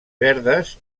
verdes